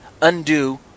undo